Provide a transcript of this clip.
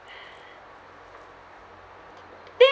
then